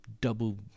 double